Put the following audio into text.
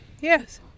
Yes